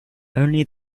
only